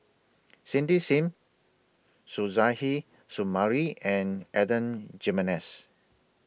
Cindy SIM Suzairhe Sumari and Adan Jimenez